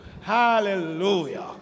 hallelujah